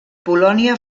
polònia